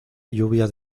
lluvia